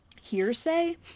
hearsay